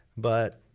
but,